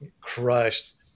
crushed